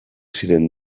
ziren